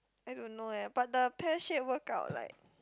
I don't know eh but the pear shape workout like